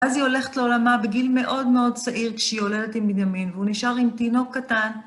אז היא הולכת לעולמה בגיל מאוד מאוד צעיר, כשהיא יולדת עם בניימין, והוא נשאר עם תינוק קטן.